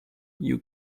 you